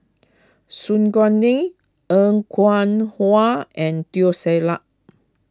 Su Guaning Er Kwong Wah and Teo Ser Luck